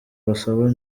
basaba